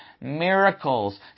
miracles